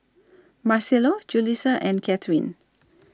Marcelo Julisa and Katherin